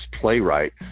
playwright